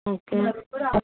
okay